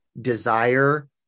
desire